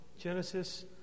genesis